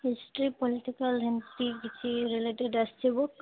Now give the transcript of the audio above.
history political ଏମତି କିଛି related ଆସଛି ବୁକ୍